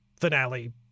finale